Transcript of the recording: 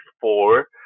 four